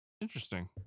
interesting